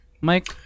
Mike